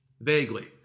Vaguely